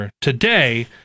today